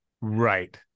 Right